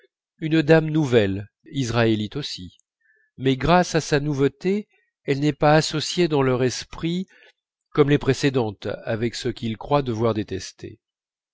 une dame nouvelle israélite aussi mais grâce à sa nouveauté elle n'est pas associée dans leur esprit comme les précédentes avec ce qu'ils croient devoir détester